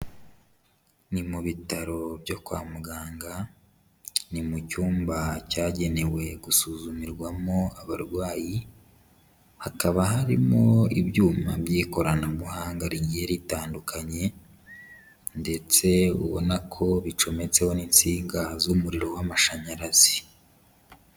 Ni mu bitaro byo kwa muganga, ni mu cyumba cyagenewe gusuzumirwamo abarwayi, hakaba harimo ibyuma by'ikoranabuhanga rigiye ritandukanye ndetse ubona ko bicometseho n'insinga z'umuriro w'amashanyarazi.